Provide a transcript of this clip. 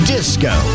Disco